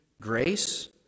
Grace